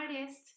artist